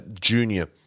junior